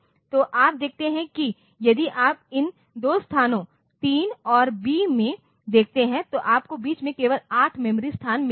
तो आप देखते हैं कि यदि आप इन दो स्थानों 3 और B में देखते हैं तो आपको बीच में केवल 8 मेमोरी स्थान मिले हैं